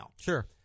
Sure